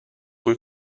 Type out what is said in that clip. cui